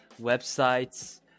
websites